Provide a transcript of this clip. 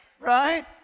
Right